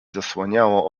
zasłaniało